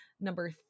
number